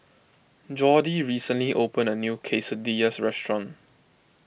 Jordy recently opened a new Quesadillas restaurant